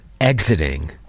exiting